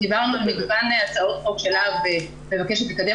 בכנסת הקודמת אנחנו דיברנו על מגוון הצעות חוק שלהב מבקשת לקדם